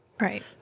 right